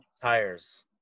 tires